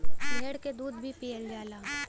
भेड़ क दूध भी पियल जाला